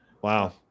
Wow